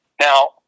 Now